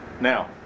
Now